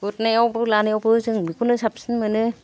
गुरनायावबो लानायावबो जों बिखौनो साबसिन मोनो